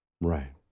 Right